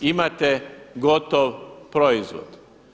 Imate gotov proizvod.